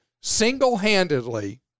single-handedly